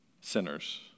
sinners